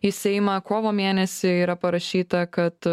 į seimą kovo mėnesį yra parašyta kad